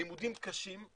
לימודים קשים,